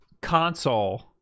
console